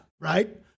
right